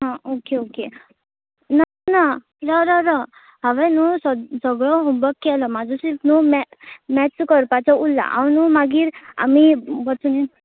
हां okay okay ना ना राव राव राव हांवें न्हू सग् सगळो होमवर्क केलो माजो सिर्फ न्हू मॅ् मॅच्च करपाचो उल्ला हांव न्हू मागीर आमी बसून ये